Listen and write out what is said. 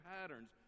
patterns